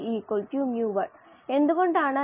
ഒന്ന് സൾഫേറ്റ് ഓക്സീകരണ രീതിരണ്ട് ഡൈനാമിക് പ്രതികരണ രീതി